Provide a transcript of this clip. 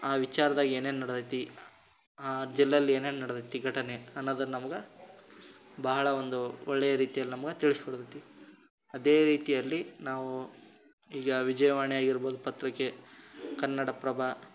ಆ ವಿಚಾರ್ದಲ್ಲಿ ಏನೇನು ನಡ್ದಿದೆ ಜಿಲ್ಲೆಯಲ್ಲಿ ಏನೇನು ನಡ್ದಿದೆ ಘಟನೆ ಅನ್ನೋದನ್ನು ನಮ್ಗೆ ಬಹಳ ಒಂದು ಒಳ್ಳೆಯ ರೀತಿಯಲ್ಲಿ ನಮ್ಗೆ ತಿಳಿಸಿ ಕೊಡ್ತದೆ ಅದೇ ರೀತಿಯಲ್ಲಿ ನಾವು ಈಗ ವಿಜಯವಾಣಿ ಆಗಿರ್ಬೋದು ಪತ್ರಿಕೆ ಕನ್ನಡ ಪ್ರಭ